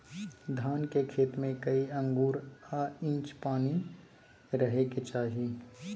धान के खेत में कैए आंगुर आ इंच पानी रहै के चाही?